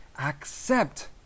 accept